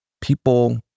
People